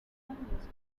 newspapers